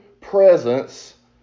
presence